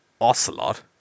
Ocelot